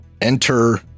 enter